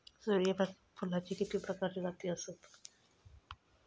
सूर्यफूलाचे किती प्रकारचे जाती आसत?